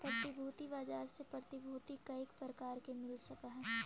प्रतिभूति बाजार से प्रतिभूति कईक प्रकार मिल सकऽ हई?